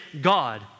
God